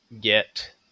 get